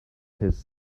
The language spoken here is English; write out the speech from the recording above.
his